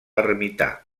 ermità